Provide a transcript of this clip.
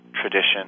tradition